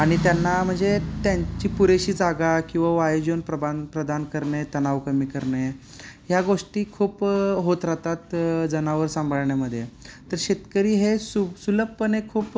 आणि त्यांना म्हणजे त्यांची पुरेशी जागा किंवा आयोजन प्रबा प्रदान करणे तणाव कमी करणे ह्या गोष्टी खूप होत राहतात जनावरं सांभाळण्यामध्ये तर शेतकरी हे सु सुलभपणे खूप